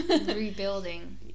rebuilding